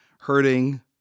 hurting